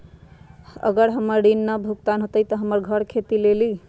अगर हमर ऋण न भुगतान हुई त हमर घर खेती लेली?